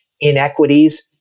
inequities